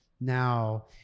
now